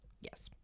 Yes